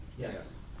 Yes